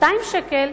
200 שקלים,